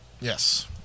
Yes